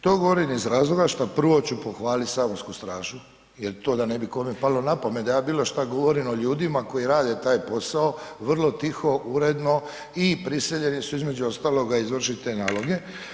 To govorim iz razloga što prvo ću pohvalit saborsku stražu jer to da ne bi kome palo na pamet da ja bilo šta govorim o ljudima koji rade taj posao, vrlo tiho, uredno i prisiljeni su između ostaloga izvršiti te naloge.